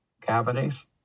cavities